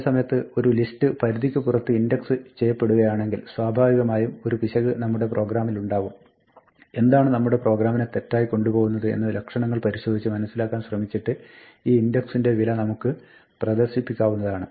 അതേസമയത്ത് ഒരു ലിസ്റ്റ് പരിധിക്ക് പുറത്ത് ഇൻഡക്സ് ചെയ്യപ്പെടുകയാണെങ്കിൽ സ്വാഭവികമായും ഒരു പിശക് നമ്മുടെ പ്രോഗ്രാമിലുണ്ടാവും എന്താണ് നമ്മുടെ പ്രാഗ്രാമിനെ തെറ്റായി കൊണ്ടുപോകുന്നത് എന്ന് ലക്ഷണങ്ങൾ പരിശോധിച്ച് മനസ്സിലാക്കാൻ ശ്രമിച്ചിട്ട് ഈ ഇൻഡക്സിന്റെ വില നമുക്ക് പ്രദർശിപ്പിക്കാവുന്നതാണ്